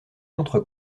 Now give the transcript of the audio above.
contre